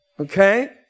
Okay